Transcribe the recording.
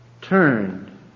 turned